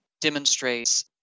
demonstrates